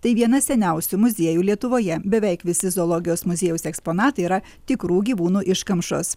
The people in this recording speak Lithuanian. tai vienas seniausių muziejų lietuvoje beveik visi zoologijos muziejaus eksponatai yra tikrų gyvūnų iškamšos